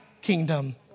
kingdom